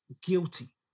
guilty